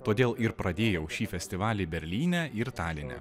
todėl ir pradėjau šį festivalį berlyne ir taline